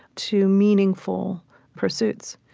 to meaningful pursuits.